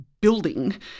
building